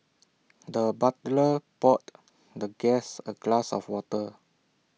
the butler poured the guest A glass of water